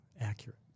accurate